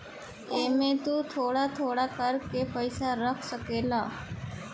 एमे तु थोड़ा थोड़ा कर के पईसा रख सकेल